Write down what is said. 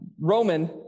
Roman